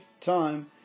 time